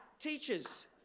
Teachers